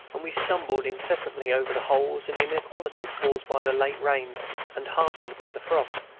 and we stumbled incessantly over the holes and inequalities caused by the late rains and hardened by the frost.